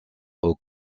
aux